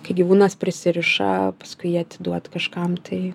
kai gyvūnas prisiriša paskui jį atiduot kažkam tai